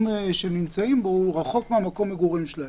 שהם נמצאים בו הוא רחוק ממקום המגורים שלהם.